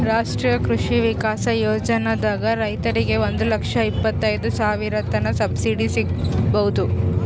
ರಾಷ್ಟ್ರೀಯ ಕೃಷಿ ವಿಕಾಸ್ ಯೋಜನಾದಾಗ್ ರೈತರಿಗ್ ಒಂದ್ ಲಕ್ಷ ಇಪ್ಪತೈದ್ ಸಾವಿರತನ್ ಸಬ್ಸಿಡಿ ಸಿಗ್ಬಹುದ್